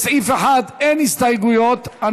אין הסתייגויות.